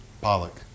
Pollock